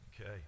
okay